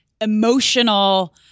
emotional